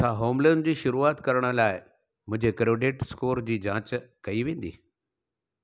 छा home loan जी शुरूआत करण लाइ मुंहिंजे क्रेडिट स्कोर जी जांच कई वेंदी